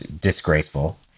disgraceful